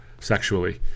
sexually